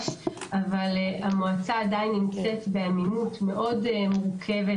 המועצה עדיין נמצאת בעמימות מאוד מורכבת,